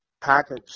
package